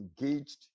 engaged